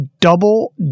double